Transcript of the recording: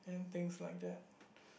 and things like that